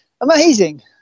Amazing